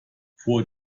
vor